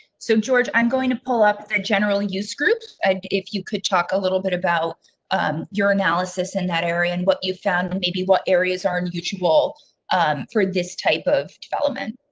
so, george, i'm going to pull up a general use groups and if you could talk a little bit about your analysis in that area and what you found, and maybe what areas are in mutual for this type of development.